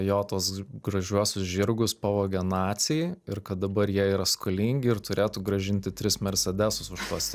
jo tuos gražiuosius žirgus pavogė naciai ir kad dabar jie yra skolingi ir turėtų grąžinti tris mersedesus už tuos